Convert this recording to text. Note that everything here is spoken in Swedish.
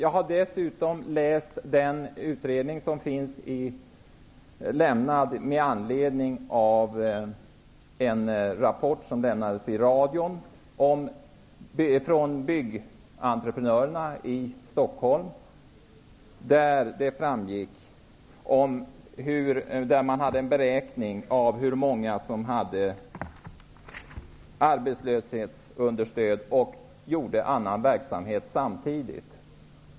Jag har dessutom läst den rapport från Byggentreprenörerna i Stockholm som nämndes i radion. Där fanns en beräkning av hur många som hade arbetslöshetsunderstöd och samtidigt bedrev annan verksamhet.